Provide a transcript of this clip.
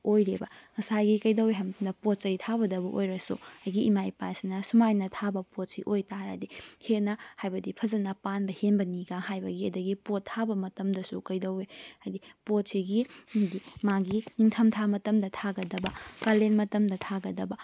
ꯑꯣꯏꯔꯦꯕ ꯉꯁꯥꯏꯒꯤ ꯀꯩꯗꯧꯋꯦ ꯍꯥꯏꯕ ꯃꯇꯝꯗ ꯄꯣꯠꯆꯩ ꯊꯥꯕꯗꯕꯨ ꯑꯣꯏꯔꯁꯨ ꯑꯩꯒꯤ ꯏꯃꯥ ꯏꯄꯥꯁꯤꯅ ꯁꯨꯃꯥꯏꯅ ꯊꯥꯕ ꯄꯣꯠꯁꯤ ꯑꯣꯏꯇꯥꯔꯗꯤ ꯍꯦꯟꯅ ꯍꯥꯏꯕꯗꯤ ꯐꯖꯅ ꯄꯥꯟꯕ ꯍꯦꯟꯕꯅꯤꯒ ꯍꯥꯏꯕꯒꯤ ꯑꯗꯒꯤ ꯄꯣꯠ ꯊꯥꯕ ꯃꯇꯝꯗꯁꯨ ꯀꯩꯗꯧꯋꯤ ꯍꯥꯏꯗꯤ ꯄꯣꯠꯁꯤꯒꯤ ꯃꯥꯒꯤ ꯅꯤꯡꯊꯝꯊꯥ ꯃꯇꯝꯗ ꯊꯥꯒꯗꯕ ꯀꯥꯂꯦꯟ ꯃꯇꯝꯗ ꯊꯥꯒꯗꯕ